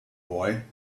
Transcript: boy